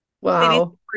Wow